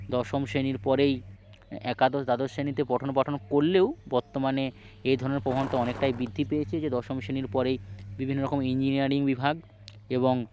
দশম শেণির পরেই একাদশ দ্বাদশ শেণিতে পঠন পাঠন করলেও ও বর্তমানে এ ধরনের প্রবনতা অনেকটাই বরই পেয়েছে যে দশম শেণির পরেই বিভিন্ন রকম ইঞ্জিনিয়ারিং বিভাগ এবং